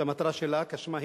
שהמטרה שלה כשמה,